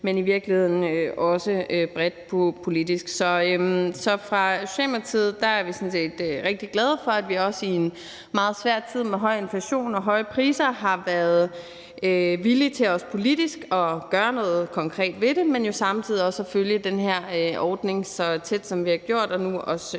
men i virkeligheden også bredt politisk. Så i Socialdemokratiet er vi sådan set rigtig glade for, at vi i en meget svær tid med høj inflation og høje priser har været villige til politisk at gøre noget konkret ved det, men jo samtidig også at følge den her ordning så tæt, som vi har gjort, og nu også